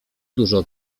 dużo